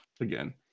again